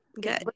good